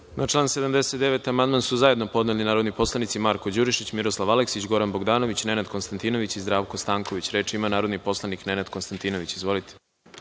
Na član 79. amandman su zajedno podneli narodni poslanici Marko Đurišić, Miroslav Aleksić, Goran Bogdanović, Nenad Konstantinović i Zdravko Stanković. Reč ima narodni poslanik Nenad Konstantinović. **Nenad